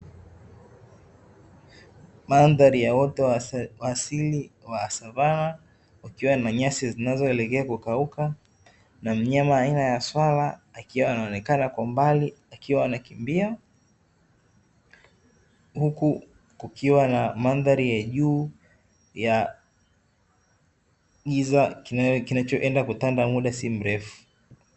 Mandhari ya uoto wa asili wa savana ukiwa na nyasi zinazoelekea kukauka, na mnyama aina ya swala akiwa anaonekana kwa mbali akiwa anakimbia, huku kukiwa na mandhari ya juu ya kiza kinachoenda kutanda muda si mrefu.